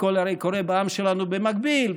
הכול הרי קורה בעם שלנו במקביל,